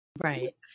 right